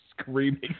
screaming